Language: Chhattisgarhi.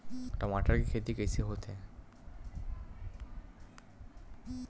टमाटर के खेती कइसे होथे?